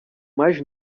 mais